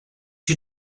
you